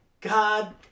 God